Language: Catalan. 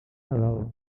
nadal